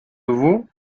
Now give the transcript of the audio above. vos